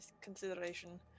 consideration